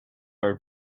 are